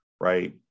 right